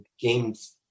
games